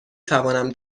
توانم